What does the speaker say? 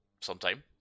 sometime